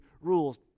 rules